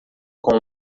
com